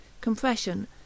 Compression